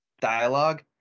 dialogue